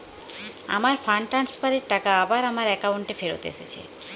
আমার fund transfer এর টাকা আবার আমার একাউন্টে ফেরত এসেছে